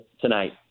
tonight